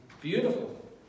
Beautiful